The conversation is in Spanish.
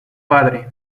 padre